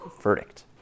verdict